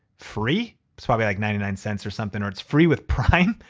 free. it's probably like ninety nine cents or something or it's free with prime.